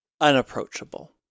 unapproachable